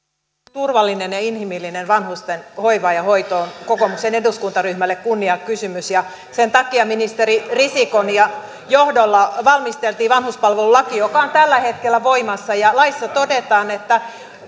turvallinen ja inhimillinen vanhusten hoiva ja hoito on kokoomuksen eduskuntaryhmälle kunniakysymys sen takia ministeri risikon johdolla valmisteltiin vanhuspalvelulaki joka on tällä hetkellä voimassa ja laissa todetaan että